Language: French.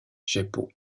jeppo